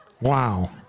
Wow